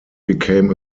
became